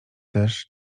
też